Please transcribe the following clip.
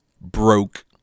broke